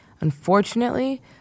Unfortunately